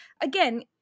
again